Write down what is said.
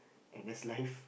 N_S life